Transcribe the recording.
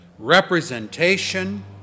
representation